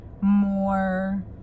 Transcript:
more